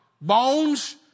Bones